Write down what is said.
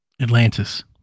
Atlantis